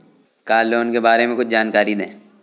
Car loan के बारे में कुछ जानकारी दें?